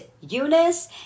Eunice